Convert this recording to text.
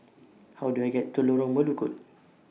How Do I get to Lorong Melukut